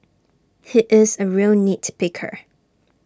he is A real nit picker